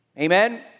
Amen